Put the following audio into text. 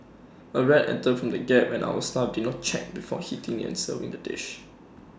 A rat entered from the gap and our staff did not check before heating and serving the dish